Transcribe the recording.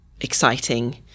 exciting